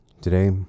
Today